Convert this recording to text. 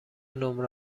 نمره